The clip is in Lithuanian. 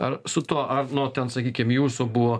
ar su tuo ar nuo ten sakykim jūsų buvo